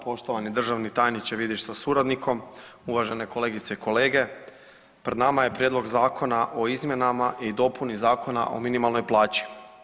Poštovani državni tajniče Vidiš sa suradnikom, uvažene kolegice i kolege, pred nama je Prijedlog Zakona o izmjenama i dopuni Zakona o minimalnoj plaći.